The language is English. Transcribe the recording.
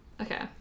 Okay